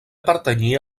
pertanyia